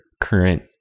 current